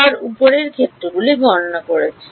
তার উপরের ক্ষেত্রগুলি গণনা করেছি